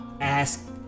Ask